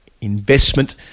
investment